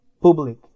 public